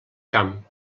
camp